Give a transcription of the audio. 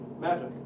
magic